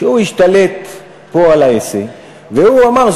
שהוא השתלט פה על העסק והוא אמר,